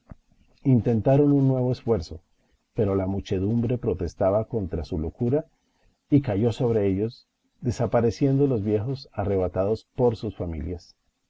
intentaron un nuevo esfuerzo pero la muchedumbre protestaba contra su locura y cayó sobre ellos desapareciendo los viejos arrebatados por sus familias